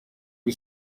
uri